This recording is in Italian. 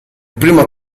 primo